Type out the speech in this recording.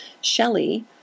Shelley